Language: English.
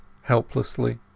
helplessly